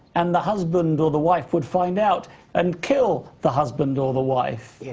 and the husband or the wife would find out and kill the husband or the wife. yes.